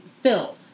Filled